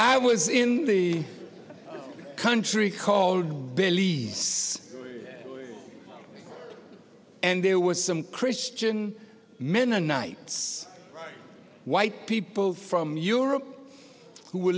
i was in the country called believe this and there was some christian mennonites white people from europe who were